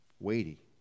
weighty